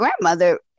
grandmother